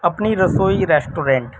اپنی رسوئی ریسٹورینٹ